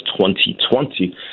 2020